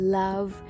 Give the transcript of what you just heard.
love